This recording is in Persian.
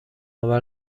آور